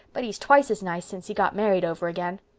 but he's twice as nice since he got married over again.